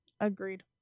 Agreed